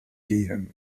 gehen